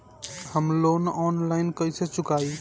हम loan online कइसे चुकाई?